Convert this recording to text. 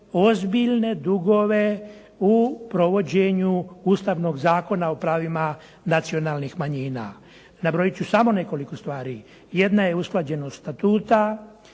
ozbiljne dugove u provođenu Ustavnog zakona o pravima nacionalnih manjina. Nabrojit ću samo nekoliko stvari. Jedna je usklađenost statuta,